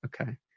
Okay